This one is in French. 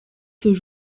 feux